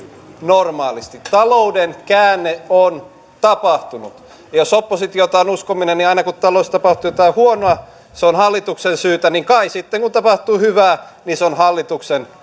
normaalisti talouden käänne on tapahtunut jos oppositiota on uskominen niin aina kun taloudessa tapahtuu jotain huonoa se on hallituksen syytä niin että kai sitten kun tapahtuu hyvää se on hallituksen